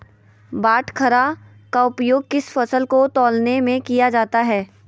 बाटखरा का उपयोग किस फसल को तौलने में किया जाता है?